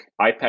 iPad